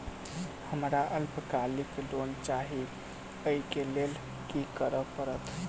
हमरा अल्पकालिक लोन चाहि अई केँ लेल की करऽ पड़त?